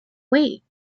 weight